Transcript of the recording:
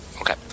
Okay